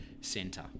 centre